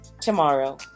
tomorrow